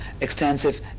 extensive